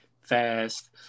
fast